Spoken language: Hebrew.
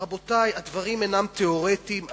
רבותי, הדברים אינם תיאורטיים.